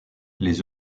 les